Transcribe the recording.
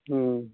हूँ